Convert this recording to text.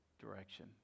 direction